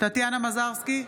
טטיאנה מזרסקי,